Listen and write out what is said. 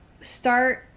start